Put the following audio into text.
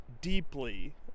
deeply